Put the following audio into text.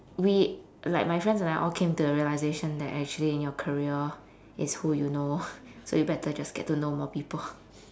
we like my friends and I all came to the realisation that actually in your career it's who you know so you better just get to know more people